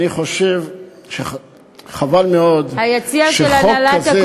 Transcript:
חבל מאוד שחוק כזה,